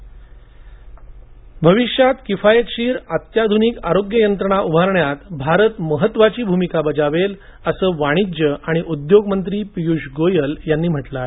पियष गोयल भविष्यात किफायतशीर आणि अत्याधूनिक आरोग्य यंत्रणा उभारण्यात भारत महत्त्वाची भूमिका बजावेल असं वाणिज्य आणि उद्योग मंत्री पियुष गोयल यांनी म्हटलं आहे